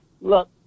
Look